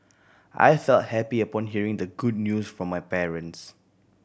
I felt happy upon hearing the good news from my parents